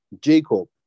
Jacob